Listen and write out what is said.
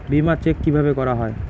বিমা চেক কিভাবে করা হয়?